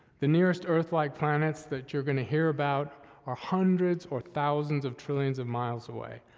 the nearest earth-like planets that you're gonna hear about are hundreds or thousands of trillions of miles away,